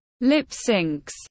lip-syncs